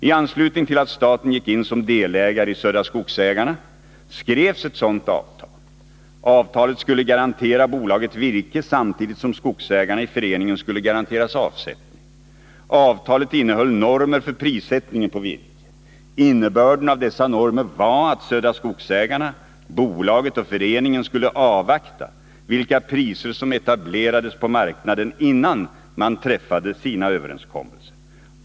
I anslutning till att staten gick in som delägare i Södra Skogsägarna skrevs ett sådant avtal. Avtalet skulle garantera bolaget virke, samtidigt som skogsägarna i föreningen skulle garanteras avsättning. Avtalet innehöll normer för prissättningen på virke. Innebörden av dessa normer var att Södra Skogsägarna, bolaget och föreningen skulle avvakta vilka priser som etablerades på marknaden innan man träffade sina överenskommelser.